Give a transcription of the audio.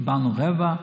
קיבלנו רבע,